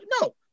No